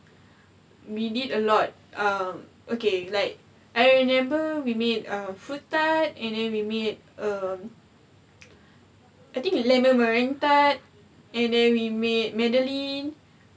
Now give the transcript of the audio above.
here we did a lot um okay like I remember we made a fruit tart and then we made um I think lemon meringue tart and then we made madeleine